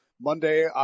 Monday